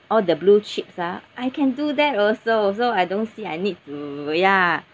all the blue chips ah I can do that also so I don't see I need to ya